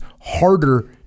harder